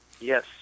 Yes